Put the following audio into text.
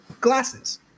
glasses